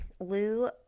Lou